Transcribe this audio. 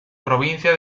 provincia